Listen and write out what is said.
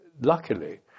luckily